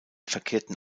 verkehrten